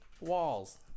walls